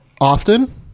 often